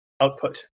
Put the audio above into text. output